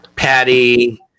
Patty